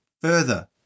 further